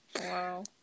Wow